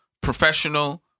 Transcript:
professional